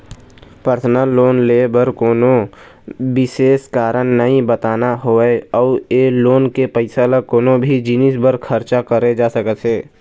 personal loan ले बर कोनो बिसेस कारन नइ बताना होवय अउ ए लोन के पइसा ल कोनो भी जिनिस बर खरचा करे जा सकत हे